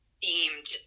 themed